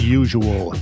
usual